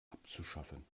abzuschaffen